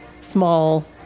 small